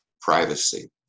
privacy